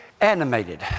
animated